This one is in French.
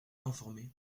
informé